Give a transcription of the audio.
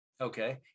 Okay